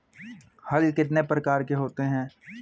हल कितने प्रकार के होते हैं?